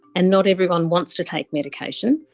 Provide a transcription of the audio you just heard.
and not everyone wants to take medication.